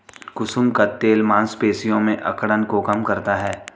कुसुम का तेल मांसपेशियों में अकड़न को कम करता है